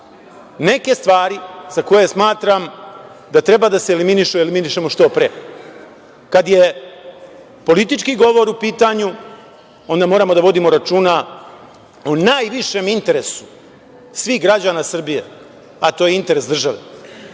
neke stvari, za koje smatram da treba da se eliminišu, eliminišemo što pre. Kada je politički govor u pitanju onda moramo da vodimo računa o najvišem interesu svih građana Srbije, a to je interes države,